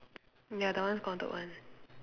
ya that one is counted one